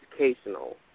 educational